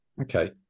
okay